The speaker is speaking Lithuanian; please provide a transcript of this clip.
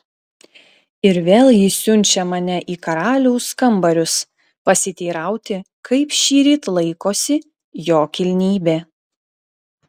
ir vėl ji siunčia mane į karaliaus kambarius pasiteirauti kaip šįryt laikosi jo kilnybė